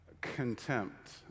Contempt